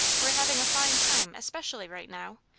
we're having a fine time especially right now.